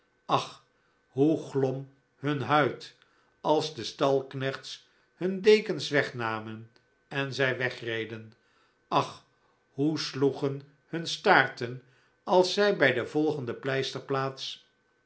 ach hoe glom hun huid als de stalknechts hun dekens wegnamen en zij wegreden ach hoe sloegen hun staarten als zij bij de volgende pleisterplaats